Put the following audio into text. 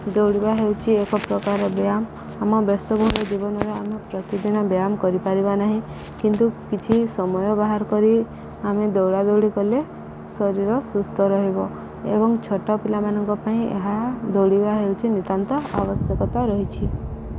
ଦୌଡ଼ିବା ହେଉଛି ଏକ ପ୍ରକାର ବ୍ୟାୟାମ୍ ଆମ ବ୍ୟସ୍ତବହୁଳ ଜୀବନରେ ଆମେ ପ୍ରତିଦିନ ବ୍ୟାୟାମ୍ କରିପାରିବା ନାହିଁ କିନ୍ତୁ କିଛି ସମୟ ବାହାର କରି ଆମେ ଦୌଡ଼ାଦୌଡ଼ି କଲେ ଶରୀର ସୁସ୍ଥ ରହିବ ଏବଂ ଛୋଟ ପିଲାମାନଙ୍କ ପାଇଁ ଏହା ଦୌଡ଼ିବା ହେଉଛି ନିତ୍ୟାନ୍ତ ଆବଶ୍ୟକତା ରହିଛି